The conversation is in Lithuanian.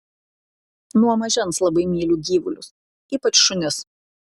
nuo mažens labai myliu gyvulius ypač šunis